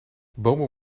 bomen